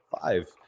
Five